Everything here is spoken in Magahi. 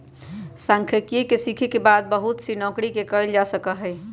सांख्यिकी के सीखे के बाद बहुत सी नौकरि के कइल जा सका हई